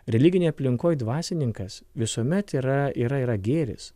religinėj aplinkoj dvasininkas visuomet yra yra yra gėris